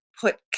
put